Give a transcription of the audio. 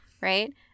Right